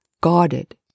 guarded